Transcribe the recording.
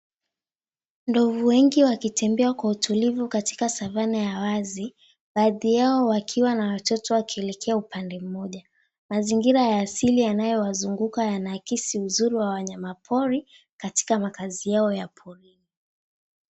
Ndovu wengi wakitembea kwa utulivu katika savannah ya wazi baadhi yao wakiwa na watoto wakielekea upande mmoja. Mazingira ya asili yanayowazunguka yanaakisi uzuri wa wanyama pori katika makazi yao ya pori.